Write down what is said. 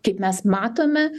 kaip mes matome